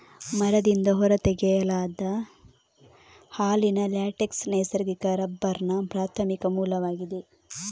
ಮರದಿಂದ ಹೊರ ತೆಗೆಯಲಾದ ಹಾಲಿನ ಲ್ಯಾಟೆಕ್ಸ್ ನೈಸರ್ಗಿಕ ರಬ್ಬರ್ನ ಪ್ರಾಥಮಿಕ ಮೂಲವಾಗಿದೆ